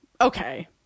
okay